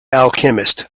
alchemist